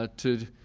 ah to